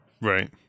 right